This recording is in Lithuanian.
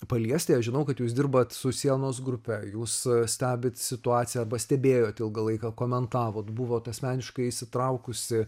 paliesti aš žinau kad jūs dirbat su sienos grupe jūs stebit situaciją arba stebėjot ilgą laiką komentavot buvot asmeniškai įsitraukusi